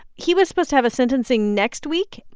he was supposed to have a sentencing next week,